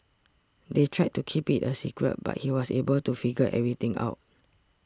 they tried to keep it a secret but he was able to figure everything out